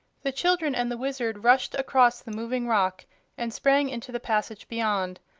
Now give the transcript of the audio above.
the children and the wizard rushed across the moving rock and sprang into the passage beyond,